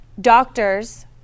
doctors